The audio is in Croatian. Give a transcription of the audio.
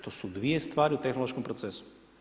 To su 2 stvari u tehnološkom procesu.